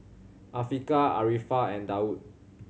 Afiqah Arifa and Daud